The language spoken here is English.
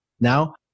Now